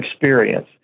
experience